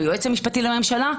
היועץ המשפטי לממשלה,